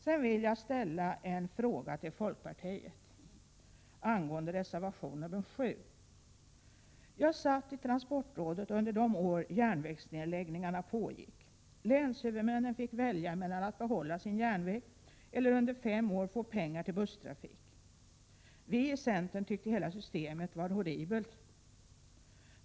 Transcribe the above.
Sedan vill jag ställa en fråga till folkpartiet angående reservation nr 7. Jag satt i transportrådet under de år då järnvägsnedläggningarna pågick. Länshuvudmännen fick välja mellan att behålla sin järnväg och att under fem år få pengar till busstrafik. Vi i centern tyckte att hela systemet var horribelt.